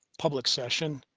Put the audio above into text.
public session.